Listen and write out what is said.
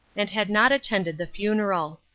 and had not attended the funeral.